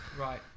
Right